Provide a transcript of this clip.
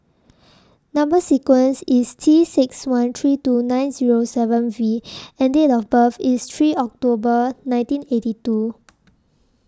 Number sequence IS T six one three two nine Zero seven V and Date of birth IS three October nineteen eighty two